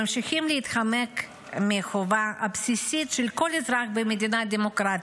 ממשיכים להתחמק מהחובה הבסיסית של כל אזרח במדינה דמוקרטית,